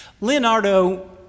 Leonardo